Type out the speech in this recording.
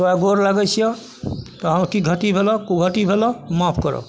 तोहरा गोर लागै छिअऽ तोहरा हमारा कि घट्टी भेलऽ कु घट्टी भेलऽ माफ करऽ